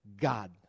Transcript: God